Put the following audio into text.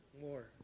More